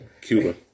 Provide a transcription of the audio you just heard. Cuba